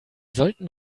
sollten